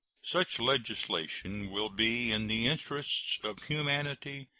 such legislation will be in the interests of humanity,